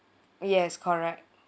yes correct